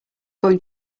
going